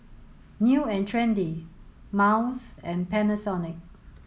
New and Trendy Miles and Panasonic